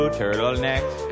turtlenecks